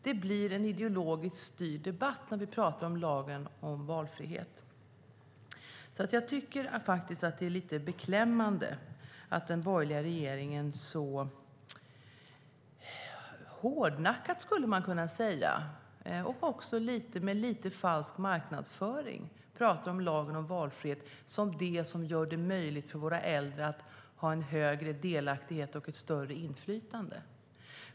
Det blir en ideologiskt styrd debatt när vi talar om lagen om valfrihet. Därför tycker jag att det är lite beklämmande att den borgerliga regeringen så hårdnackat, skulle man kunna säga, och med lite falsk marknadsföring talar om lagen om valfrihet som det som gör det möjligt för våra äldre att ha en större delaktighet och ett större inflytande.